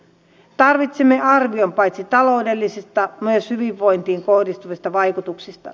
tarvitsemme arvion paitsi taloudellisista myös hyvinvointiin kohdistuvista vaikutuksista